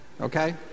Okay